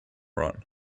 run